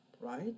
right